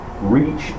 reach